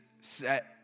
set